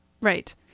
Right